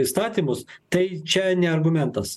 įstatymus tai čia ne argumentas